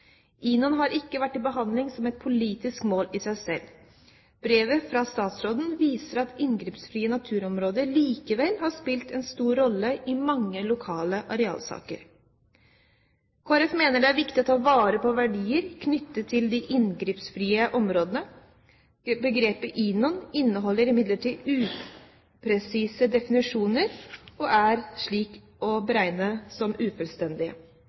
INON har ikke vært til behandling som et politisk mål i seg selv. Brevet fra statsråden viser at «inngrepsfrie naturområder» likevel har spilt en stor rolle i mange lokale arealsaker. Kristelig Folkeparti mener det er viktig å ta vare på verdier knyttet til de inngrepsfrie områdene. Begrepet INON inneholder imidlertid upresise definisjoner og er å regne som ufullstendige.